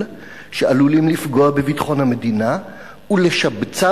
שעלולים לפגוע בביטחון המדינה ולשבצם,